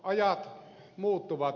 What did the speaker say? ajat muuttuvat